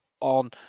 on